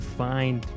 find